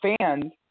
fans